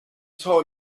told